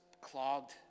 clogged